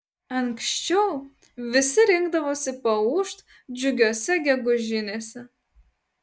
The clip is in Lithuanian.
anksčiau visi rinkdavosi paūžt džiugiose gegužinėse